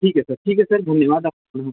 ठीक है सर ठीक है सर धन्यवाद आपकाे